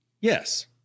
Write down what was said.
Yes